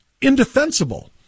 indefensible